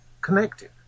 connected